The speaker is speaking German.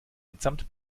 mitsamt